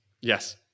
Yes